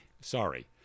sorry